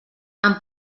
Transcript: amb